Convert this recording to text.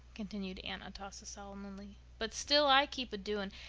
continued aunt atossa solemnly, but still i keep a-doing.